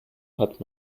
hat